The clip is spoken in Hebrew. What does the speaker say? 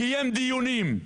קיים דיונים,